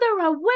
away